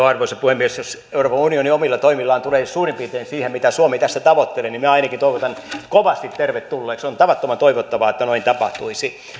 arvoisa puhemies jos euroopan unioni omilla toimillaan tulee suurin piirtein siihen mitä suomi tässä tavoitteli niin minä ainakin toivotan sen kovasti tervetulleeksi on on tavattoman toivottavaa että noin tapahtuisi